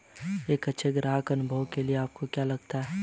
एक अच्छे ग्राहक अनुभव के लिए आपको क्या लगता है?